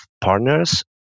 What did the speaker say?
partners